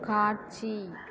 காட்சி